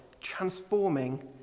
transforming